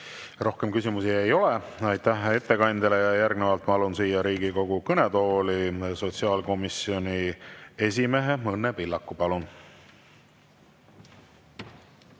Rohkem küsimusi ei ole. Aitäh ettekandjale! Järgnevalt palun siia Riigikogu kõnetooli sotsiaalkomisjoni esimehe Õnne Pillaku.